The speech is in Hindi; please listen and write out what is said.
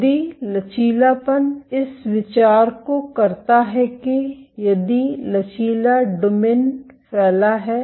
यदि लचीलापन इस विचार को करता है कि यदि लचीला डोमेन फैला है